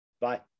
Bye